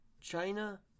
China